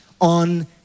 on